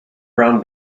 brown